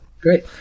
great